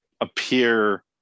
appear